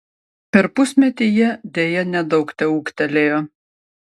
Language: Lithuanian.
per pusmetį jie deja nedaug teūgtelėjo